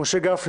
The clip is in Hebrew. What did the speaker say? משה גפני,